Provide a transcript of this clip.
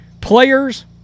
players